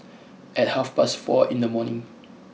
at half past four in the morning